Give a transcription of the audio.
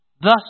Thus